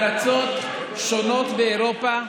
לך, בבקשה, לארצות שונות באירופה,